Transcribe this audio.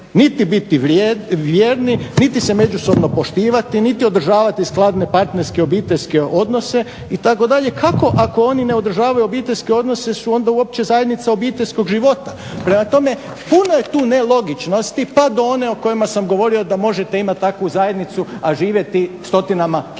niti biti vjerni, niti se međusobno poštivati, niti održavati skladne partnerske i obiteljske odnose itd. Kako ako oni ne održavaju obiteljske odnose su onda uopće zajednica obiteljskog života? Prema tome, puno je tu nelogičnosti pa do one o kojima sam govorio da možete imat takvu zajednicu, a živjeti stotinama km udaljeni.